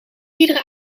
iedere